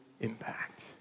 impact